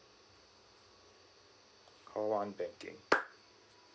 call one banking